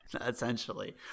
Essentially